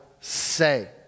say